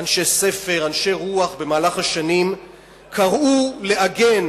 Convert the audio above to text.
אנשי ספר ואנשי רוח במהלך השנים קראו לעגן